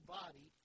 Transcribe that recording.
body